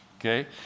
okay